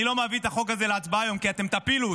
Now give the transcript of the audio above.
אני לא מביא את החוק הזה להצבעה היום כי אתם תפילו אותו,